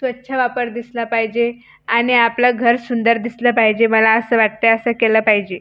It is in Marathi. स्वच्छ वापर दिसला पाहिजे आणि आपलं घर सुंदर दिसलं पाहिजे मला असं वाटतं असं केलं पाहिजे